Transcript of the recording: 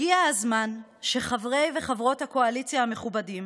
הגיע הזמן שחברי וחברות הקואליציה המכובדים